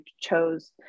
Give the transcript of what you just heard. chose